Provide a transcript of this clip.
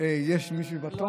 יש מישהו בתור,